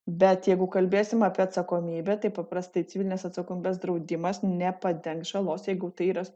bet jeigu kalbėsim apie atsakomybę tai paprastai civilinės atsakomybės draudimas nepadengs žalos jeigu tai yra